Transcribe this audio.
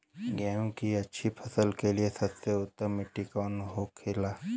गेहूँ की अच्छी फसल के लिए सबसे उत्तम मिट्टी कौन होखे ला?